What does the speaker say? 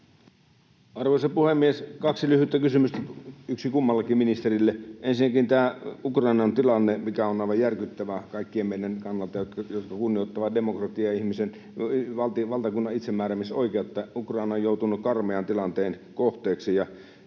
Arvoisa puhemies! Kaksi lyhyttä kysymystä, yksi kummallakin ministerille. Ensinnäkin tämä Ukrainan tilanne, mikä on aivan järkyttävä kaikkien meidän kannalta, jotka kunnioitamme demokratiaa ja valtakunnan itsemääräämisoikeutta: Ukraina on joutunut karmean tilanteen kohteeksi,